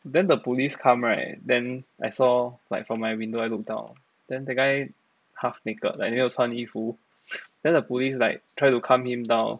then the police come right then I saw like from my window I look down then the guy half naked like 没有穿衣服 then the police like try to calm him down